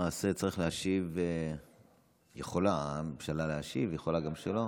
למעשה, יכולה הממשלה להשיב, יכולה גם שלא.